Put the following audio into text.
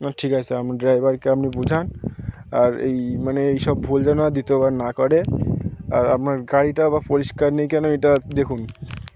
না ঠিক আছে আপনার ড্রাইভারকে আপনি বুঝান আর এই মানে এই সব ভুল যেন আর দ্বিতীয়বার না করে আর আপনার গাড়িটা বা পরিষ্কার নেই কেন এটা দেখুন